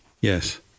Yes